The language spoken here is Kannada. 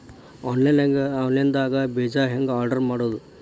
ಆನ್ಲೈನ್ ದಾಗ ಬೇಜಾ ಹೆಂಗ್ ಆರ್ಡರ್ ಮಾಡೋದು?